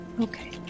Okay